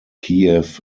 kiev